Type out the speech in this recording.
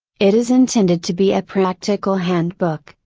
it is intended to be a practical handbook,